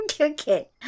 Okay